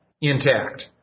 intact